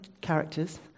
characters